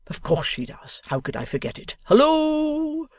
of course she does. how could i forget it? hallo!